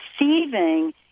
Receiving